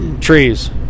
trees